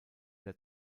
der